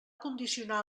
condicionar